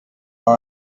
all